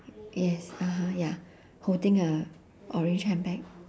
yes (uh huh) ya holding a orange handbag